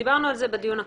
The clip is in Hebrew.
דיברנו על זה בדיון הקודם.